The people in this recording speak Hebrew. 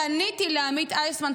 פניתי לעמית איסמן,